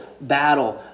battle